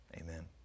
amen